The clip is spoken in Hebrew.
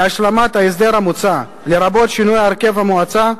להשלמת ההסדר המוצע, לרבות שינוי הרכב המועצה,